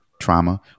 trauma